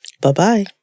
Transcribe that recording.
Bye-bye